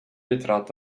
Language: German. betrat